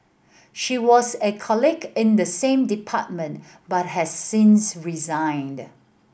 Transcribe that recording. she was a colleague in the same department but has since resigned